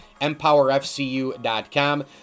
empowerfcu.com